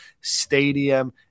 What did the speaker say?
Stadium